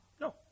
No